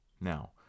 Now